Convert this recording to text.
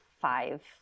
five